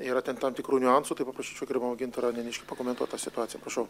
yra tam tikrų niuansų tai paprašyčiau gerbiamą gintarą neniškį pakomentuot situaciją prašau